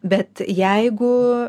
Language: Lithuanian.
bet jeigu